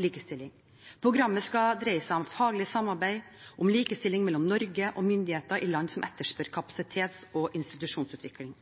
likestilling. Programmet skal dreie seg om faglig samarbeid om likestilling mellom Norge og myndigheter i land som etterspør kapasitets- og institusjonsutvikling.